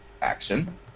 action